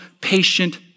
patient